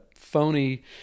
phony